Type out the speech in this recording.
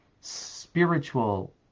spiritual